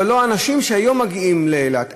אבל לא האנשים שהיום מגיעים לאילת.